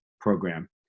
program